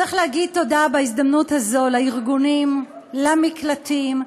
צריך להגיד תודה בהזדמנות הזאת לארגונים, למקלטים,